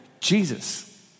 Jesus